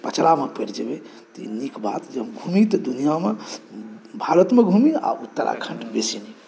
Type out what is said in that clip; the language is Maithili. पचड़ामे पड़ि जेबै तऽ ई नीक बात जँ घुमी तऽ दुनिआँमे भारतमे घुमी आ उत्तराखंड बेसी नीक